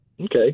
okay